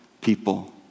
people